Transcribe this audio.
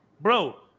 bro